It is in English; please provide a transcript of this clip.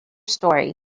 story